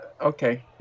okay